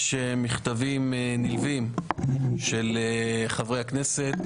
יש מכתבים נלווים של חברי הכנסת,